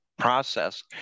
process